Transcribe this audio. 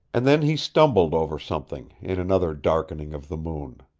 and then he stumbled over something in another darkening of the moon.